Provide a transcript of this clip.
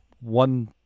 one